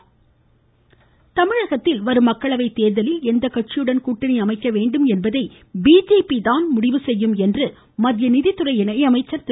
பொன் ராதாகிருஷ்ணன் தமிழகத்தில் வரும் மக்களவை தேர்தலில் எந்த கட்சியுடன் கூட்டணி அமைக்க வேண்டும் என்பதை பிஜேபி தான் முடிவு செய்யும் என்று மத்திய நிதித்துறை இணையமைச்சர் திரு